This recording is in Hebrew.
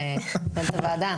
מי כמוני וכמוכם יודעים זאת,